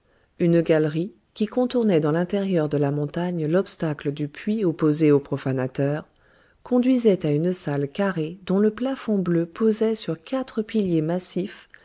une galerie qui contournait dans l'intérieur de la montagne l'obstacle du puits opposé aux profanateurs conduisait à une salle carrée dont le plafond bleu posait sur quatre piliers massifs